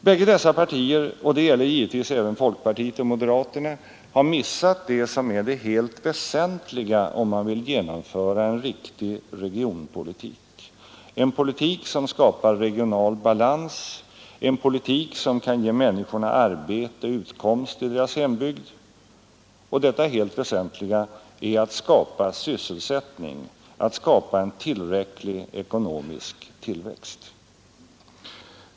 Bägge dessa partier — och det gäller givetvis även folkpartiet och moderaterna — har missat det som är det helt väsentliga, om man vill genomföra en riktig regionalpolitik, en politik som skapar regional balans, en politik som kan ge människorna arbete och utkomst i deras hembygd. Och detta helt väsentliga är att skapa sysselsättning, att skapa en tillräcklig ekonomisk tillväxt.